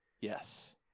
Yes